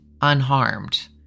unharmed